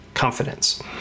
confidence